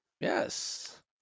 yes